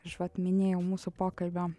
aš vat minėjau mūsų pokalbio